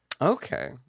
Okay